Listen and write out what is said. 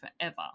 forever